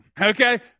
Okay